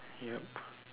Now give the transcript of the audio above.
yup